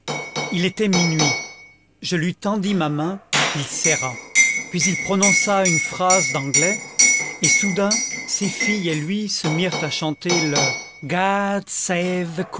il était minuit je lui tendis ma main qu'il serra puis il prononça une phrase d'anglais et soudain ses filles et lui se mirent à chanter le god